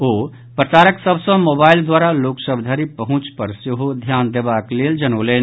ओ प्रसारक सभ सॅ मोबाइल द्वारा लोकसभ धरि पहुंच पर सेहो ध्यान देबाक लेल जनौलनि